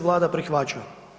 Vlada prihvaća.